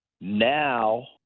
Now